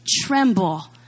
tremble